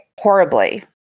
horribly